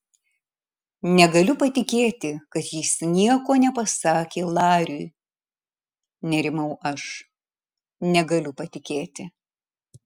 negaliu patikėti kad jis nieko nepasakė lariui nerimau aš negaliu patikėti